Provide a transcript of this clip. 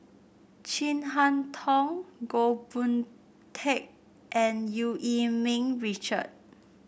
Chin Harn Tong Goh Boon Teck and Eu Yee Ming Richard